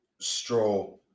straw